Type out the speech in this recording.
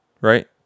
right